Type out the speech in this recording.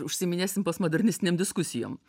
užsiminėsim postmodernistinėm diskusijom